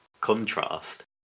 contrast